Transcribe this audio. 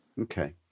Okay